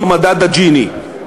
או מדד ג'יני.